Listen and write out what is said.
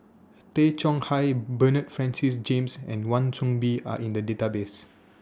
Tay Chong Hai Bernard Francis James and Wan Soon Bee Are in The databases